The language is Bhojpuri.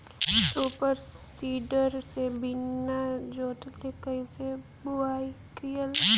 सूपर सीडर से बीना जोतले कईसे बुआई कयिल जाला?